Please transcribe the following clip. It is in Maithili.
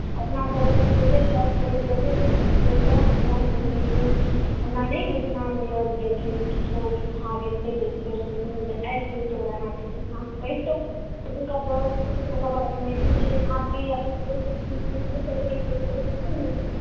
अपना तरफसँ जतेक भऽ सकैए जतेक संभव छै सभ केलहुँ हेँ लेकिन हमरा नहि बुझनामे यए जे एखन किछो सुधार हेतै तऽ एक बेर सोचलहुँ जे आबि जैतहुँ तऽ अहाँ किछु कहितहुँ एतुक्का व्यवस्था सभके बारेमे ई नहि होइ जे आबि जैयै आओर तऽ से तऽ नहि हेतै